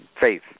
faith